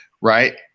right